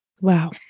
Wow